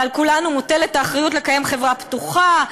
ועל כולנו מוטלת האחריות לקיים חברה פתוחה,